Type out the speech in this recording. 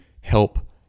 help